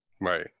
Right